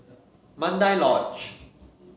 Mandai Lodge